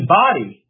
body